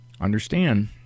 Understand